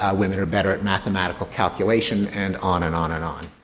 ah women are better at mathematical calculation, and on and on and on.